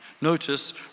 Notice